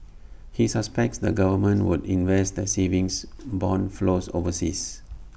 he suspects the government would invest the savings Bond flows overseas